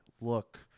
look